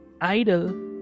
idol